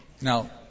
Now